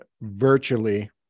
virtually